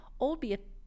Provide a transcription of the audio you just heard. albeit